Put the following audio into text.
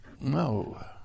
No